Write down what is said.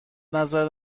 نظر